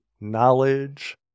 knowledge